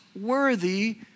worthy